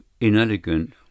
inelegant